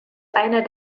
einer